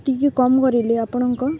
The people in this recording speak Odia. ଟିକେ କମ୍ କରିଲି ଆପଣଙ୍କ